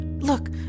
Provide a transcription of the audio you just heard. Look